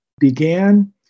began